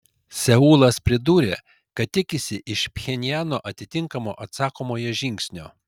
seulas pridūrė kad tikisi iš pchenjano atitinkamo atsakomojo žingsnio